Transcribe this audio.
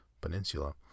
Peninsula